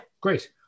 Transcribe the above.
great